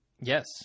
Yes